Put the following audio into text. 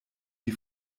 die